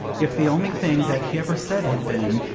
if the only thing that he ever said had been,